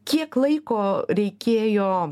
kiek laiko reikėjo